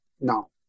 no